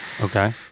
Okay